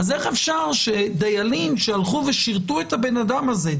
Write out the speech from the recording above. איך אפשר שדיילים שהלכו ושירתו את הבן אדם הזה,